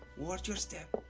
watch your step.